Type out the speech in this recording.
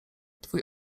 twój